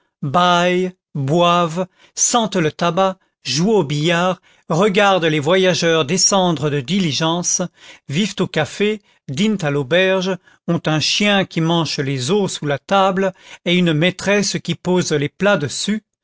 bâillent boivent sentent le tabac jouent au billard regardent les voyageurs descendre de diligence vivent au café dînent à l'auberge ont un chien qui mange les os sous la table et une maîtresse qui pose les plats dessus